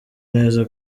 neza